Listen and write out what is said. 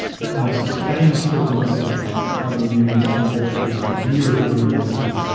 that most famous book on the subject, cardinal newman's classic the idea of a university,